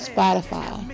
Spotify